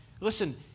Listen